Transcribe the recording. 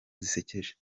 zisekeje